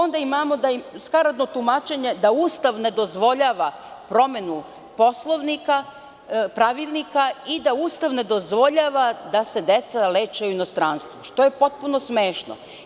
Onda imamo skaradno tumačenje da Ustav ne dozvoljava promenu pravilnika i da Ustav ne dozvoljava da se deca leče u inostranstvu, što je potpuno smešno.